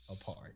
apart